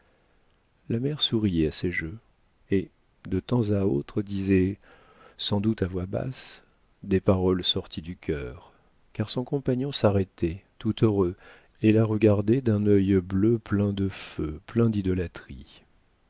la mère souriait à ces jeux et de temps à autre disait sans doute à voix basse des paroles sorties du cœur car son compagnon s'arrêtait tout heureux et la regardait d'un œil bleu plein de feu plein d'idolâtrie